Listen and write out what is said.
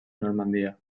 normandia